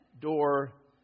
door